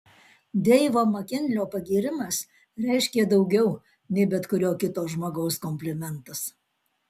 deivo makinlio pagyrimas reiškė daugiau nei bet kurio kito žmogaus komplimentas